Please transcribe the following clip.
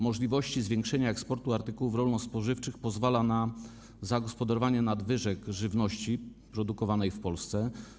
Możliwość zwiększenia eksportu artykułów rolno-spożywczych pozwala na zagospodarowanie nadwyżek żywności produkowanej w Polsce.